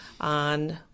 on